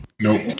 Nope